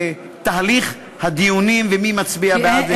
תהליך הדיונים ומי מצביע בעד ומי מצביע נגד.